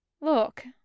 Look